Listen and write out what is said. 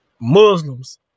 Muslims